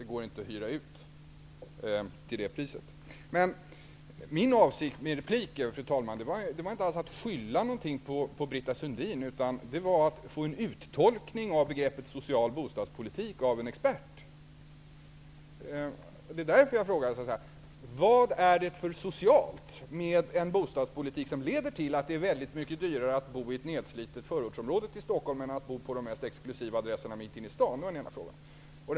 Det går inte att hyra ut till det priset. Min avsikt med repliken, fru talman, var inte alls att skylla någonting på Britta Sundin, utan att få en uttolkning av begreppet social bostadspoli tik av en expert. Vad är det för socialt med en bo stadspolitik som leder till att det är väldigt mycket dyrare att bo i ett nedslitet förortsområde utanför Stockholm än att bo på de mest exklusiva adres serna inne i stan? Det var den ena frågan.